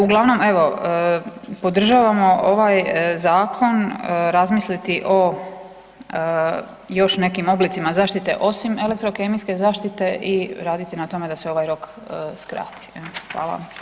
Uglavnom evo podržavamo ovaj zakon, razmisliti o još nekim oblicima zaštite osim elektrokemijske zaštite i raditi na tome da se ovaj rok skrati.